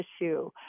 issue